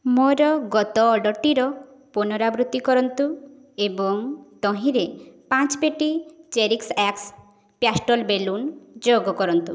ମୋର ଗତ ଅର୍ଡ଼ର୍ଟିର ପୁନରାବୃତ୍ତି କରନ୍ତୁ ଏବଂ ତହିଁରେ ପାଞ୍ଚ ପେଟି ଚେରିଶ୍ଏକ୍ସ୍ ପ୍ୟାଷ୍ଟଲ୍ ବେଲୁନ୍ ଯୋଗ କରନ୍ତୁ